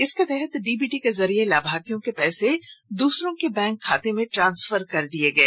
इसके तहत डीबीटी के जरिए लाभार्थियों के पैसे दूसरों के बैंक खाते में ट्रांसफर कर दिए गए